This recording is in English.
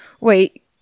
Wait